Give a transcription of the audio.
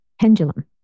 Pendulum